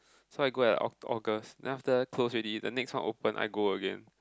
so I go at Oct~ August then after close already the next one open I go again